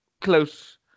close